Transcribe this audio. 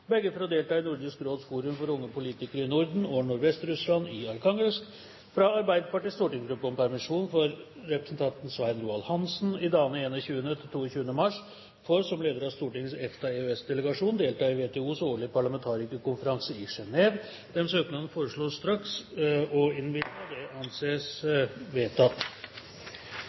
begge for å delta i Nordisk Råds forum for unge politikere i Norden og Nordvest-Russland, i Arkhangelsk fra Arbeiderpartiets stortingsgruppe om permisjon for representanten Svein Roald Hansen i dagene 21. og 22. mars for, som leder av Stortingets EFTA/EØS-delegasjon, å delta i WTOs årlige parlamentarikerkonferanse, i Genève Etter forslag fra presidenten ble enstemmig besluttet: Søknadene behandles straks